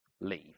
leave